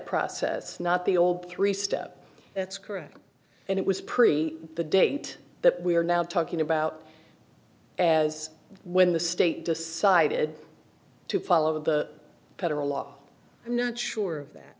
process not the old three step that's correct and it was pre the date that we are now talking about as when the state decided to follow the federal law i'm not sure